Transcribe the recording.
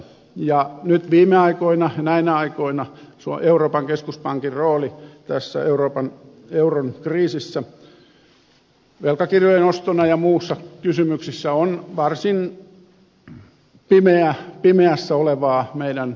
nyt viime aikoina näinä aikoina euroopan keskuspankin rooli tässä euron kriisissä velkakirjojen ostossa ja muissa kysymyksissä on varsin pimeässä olevaa meidän näkökulmastamme